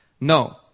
No